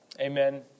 Amen